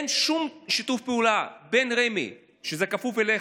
אין שום שיתוף פעולה בין רמ"י, שזה כפוף אליך,